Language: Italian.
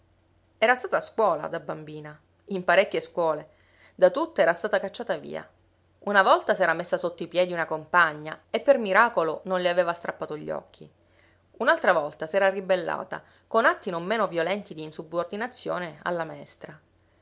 era stata a scuola da bambina in parecchie scuole da tutte era stata cacciata via una volta s'era messa sotto i piedi una compagna e per miracolo non le aveva strappato gli occhi un'altra volta s'era ribellata con atti non meno violenti di insubordinazione alla maestra